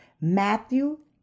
Matthew